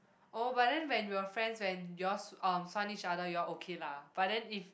oh but then when you're friends when you all s~ uh each other you all okay lah but then if